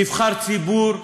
נבחר ציבור,